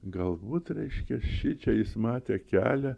galbūt reiškia šičia jis matė kelią